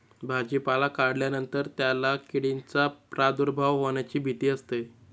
भाजीपाला काढल्यानंतर त्याला किडींचा प्रादुर्भाव होण्याची भीती असते